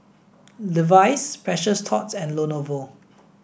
Levi's Precious Thots and Lenovo